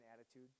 attitude